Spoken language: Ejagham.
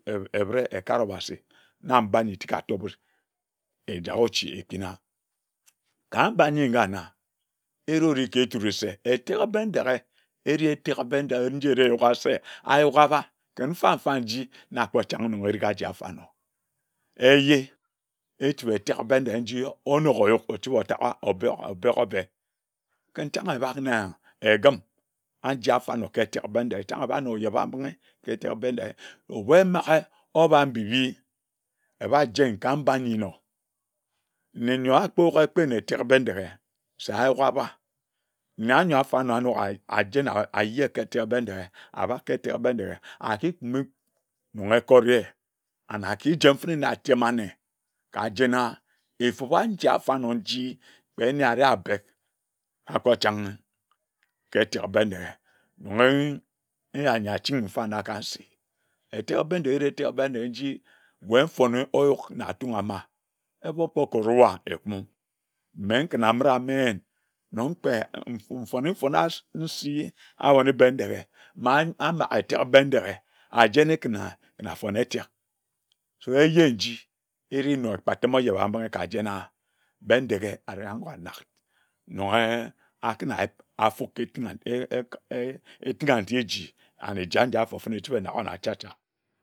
Ebire ekare obasi na mba nyi tik atopid ejak ochi ekpina ka mba nyi ngana, ereore ka eturi se eteke Bendeghe ereh etake benjia wud ereh eyuka se ayuk aba kin mfa mfa nji na kpo chan onoga erika ajia afanor. Eye echibi etek Bendeghe njii onok oyuk ochiba otaka obek obeko obe, ken jange ebam nyia egim angia afanor keteke Bendeghe chane abanor ojebambinghi ke eteke Bendeghe, oremage obambinghi ebajen ka mba nyinor nneyor akpok ekpini eteke Bendeghe se ayuk aba, nneyor afana nor ajen ka etek Bendeghe aba ke etek Bendeghe akipina and akijen fene na atem anne kajena efub anyi afanor njii kpe nne areh abek akpochange ka eteke Bendeghe nya nyi achinghi mfana ka nsi, etek Bendeghe ere eteke Bendeghe nji wae mfone oyuk na atung ama eropo koruwa ekumim mme kina ambid ameyin nnong kpe mfone mfona nsi abone Bendeghe man amake eteke Bendeghe ajene kina na afone etek, wae ejenji ere na okpatime ojebambinghi kajena Bendeghe areh agor anak noer akin ayip afuk ke etingha nti eji anne nja nja afor fene echibi enakonar chak chak